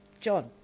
John